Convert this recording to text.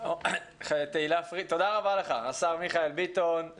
תודה רבה לך, השר מיכאל ביטון.